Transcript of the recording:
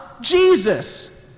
Jesus